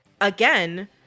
again